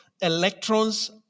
electrons